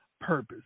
purpose